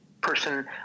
person